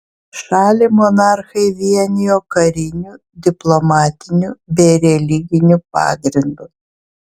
šalį monarchai vienijo kariniu diplomatiniu bei religiniu pagrindu